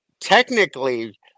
technically